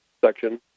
section